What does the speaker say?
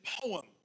poem